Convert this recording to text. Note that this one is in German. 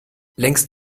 längst